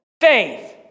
faith